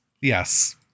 Yes